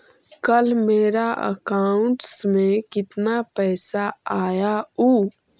कल मेरा अकाउंटस में कितना पैसा आया ऊ?